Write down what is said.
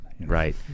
Right